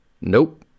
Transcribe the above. Nope